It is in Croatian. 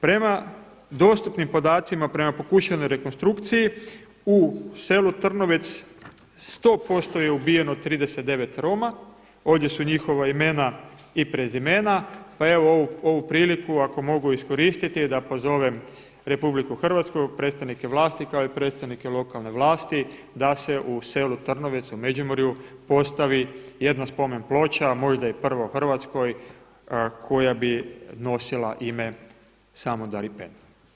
Prema dostupnim podacima, prema pokušanoj rekonstrukciji u selu Trnovest 100% je ubijeno 39 Roma, ovdje su njihova imena i prezimena pa evo ovu priliku ako mogu iskoristiti da pozovem RH, predstavnike vlasti kao i predstavnike lokalne vlasti da se u selu Trnovec, u Međimurju postavi jedna spomenploča a možda i prvoj u Hrvatskoj koja bi nosila ime „samudaripen“